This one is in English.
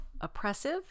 oppressive